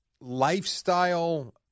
lifestyle